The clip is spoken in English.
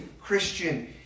Christian